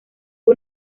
una